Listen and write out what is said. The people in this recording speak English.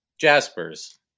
jaspers